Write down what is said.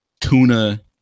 tuna